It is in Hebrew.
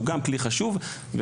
שהוא גם כלי חשוב ומבחינתי,